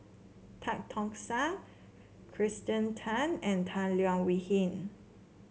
Tan Tock San Kirsten Tan and Tan Leo Wee Hin